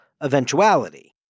eventuality